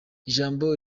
ijambo